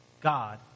God